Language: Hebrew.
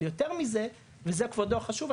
אבל יותר מזה וזה כבודו חשוב,